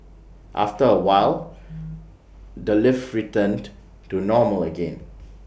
after A while the lift returned to normal again